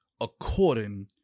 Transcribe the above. according